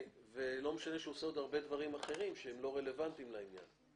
ולא משנה שהוא עושה עוד הרבה דברים אחרים שלא רלוונטיים לעניין.